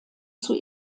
zur